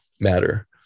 matter